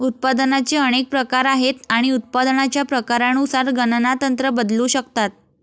उत्पादनाचे अनेक प्रकार आहेत आणि उत्पादनाच्या प्रकारानुसार गणना तंत्र बदलू शकतात